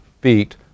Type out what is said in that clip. feet